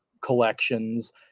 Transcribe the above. collections